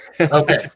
Okay